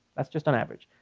that's just on average.